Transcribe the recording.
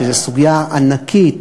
שזו סוגיה ענקית,